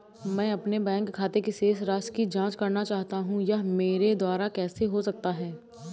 मैं अपने बैंक खाते की शेष राशि की जाँच करना चाहता हूँ यह मेरे द्वारा कैसे हो सकता है?